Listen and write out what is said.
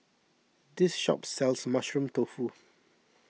this shop sells Mushroom Tofu